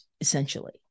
essentially